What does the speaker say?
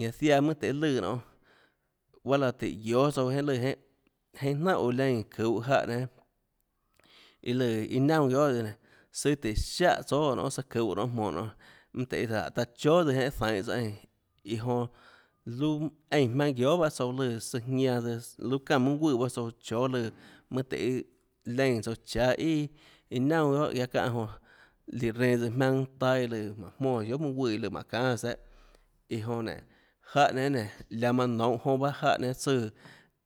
Ñanã ziaã mønâ tøhê lùã nionê guaâ láhå tùhå guióâ tsouã iâ lùã jenhâ jenhâ jnánhà gunã leínã çuhå jáhã nénâ iâ lùã iâ naunâ guiohà tsøã søã tùhå siáhã tsóâ nionê çuhå nonê jmonå nionê mønâ tøhê jáhå taã chóà tsøã iâ zeinhå tsouã eínã iã jonã luâ eínã jmaønâ guiohà baâ tsouã lùã søã jianã tsøã luâ çánã mønâ guùã baâ tsouã chóâ lùã mønâ tøhê leínã tsouã cháâ ià iâ naunà guiohà çánhã jonã líã reã tsøã jmaønâ taâ iã manã jmónã guiohà mønâ guùã mánhå çánâs dehâ iã jonã nénå jáhã nénâ nénå laãmanã nounhå jonã baâ jáhã nénâ tsùã